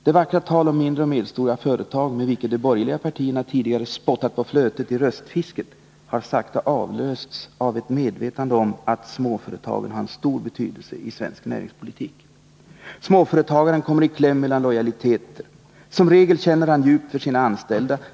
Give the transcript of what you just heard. Det vackra tal om mindre och medelstora företag med vilket de borgerliga politikerna tidigare spottat på flötet i röstfisket har sakta avlösts av ett medvetande om att småföretagen har en stor betydelse i svensk näringspolitik. Småföretagaren kommer i kläm mellan lojaliteter. Som regel känner han djupt för sina anställda.